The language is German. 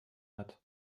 hat